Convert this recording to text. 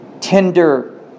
Tender